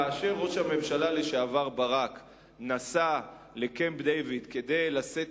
כאשר ראש הממשלה לשעבר ברק נסע לקמפ-דייוויד כדי לשאת